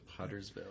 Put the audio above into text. Pottersville